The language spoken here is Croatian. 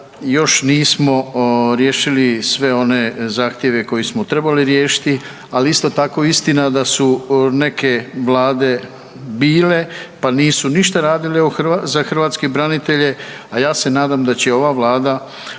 još nismo riješili sve one zahtjeve koje smo trebali riješiti, ali isto tako istina da su neke Vlade bile pa nisu ništa radile za hrvatske branitelje. A ja se nadam da će ova Vlada,